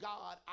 God